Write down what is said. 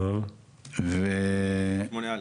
ב-8א.